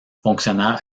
fonctionnaire